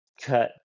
cut